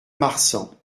marsan